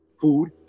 food